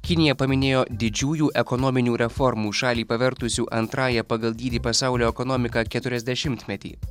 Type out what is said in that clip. kinija paminėjo didžiųjų ekonominių reformų šalį pavertusių antrąja pagal dydį pasaulio ekonomika keturiasdešimtmetį